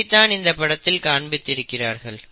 இதை தான் இந்த படத்தில் காண்பித்திருக்கிறார்கள்